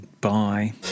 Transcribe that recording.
Bye